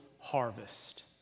harvest